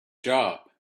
job